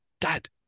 Dad